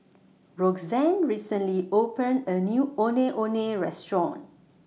Roxann recently opened A New Ondeh Ondeh Restaurant